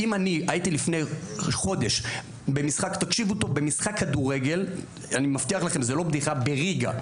לפני חודש הייתי במשחק כדורגל בליגה.